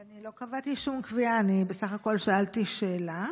אני לא קבעתי שום קביעה, בסך הכול שאלתי שאלה.